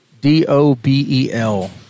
D-O-B-E-L